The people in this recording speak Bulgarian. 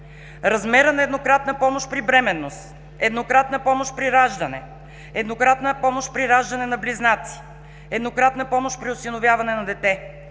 размера на еднократна помощ при бременност, еднократна помощ при раждане, еднократна помощ при раждане на близнаци, еднократна помощ при осиновяване на дете,